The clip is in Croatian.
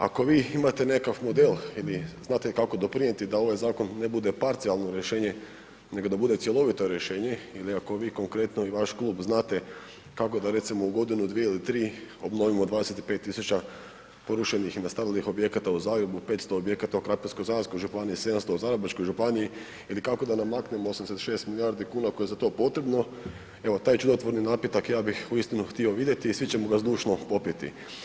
Ako vi imate nekakav model ili znate kako doprinijeti da ovaj zakon ne bude parcijalno rješenje nego da bude cjelovito rješenje i nekako vi konkretno i vaš klub znate kako da recimo u godinu, dvije ili tri obnovimo 25.000 porušenih i nestabilnih objekata u Zagrebu, 500 objekata u Krapinsko-zagorskoj županiji, 700 u Zagrebačkoj županiji ili kako da namaknemo 86 milijardi kuna koje je za to potrebno, evo taj čudotvorni napitak ja bih uistinu htio vidjeti i svi ćemo ga zdušno popiti.